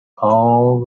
all